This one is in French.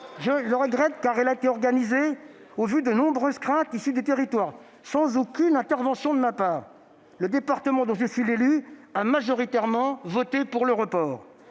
Je le regrette, car elle a été organisée à la suite des nombreuses craintes exprimées par les territoires. Sans aucune intervention de ma part, le département dont je suis l'élu a d'ailleurs majoritairement voté pour un report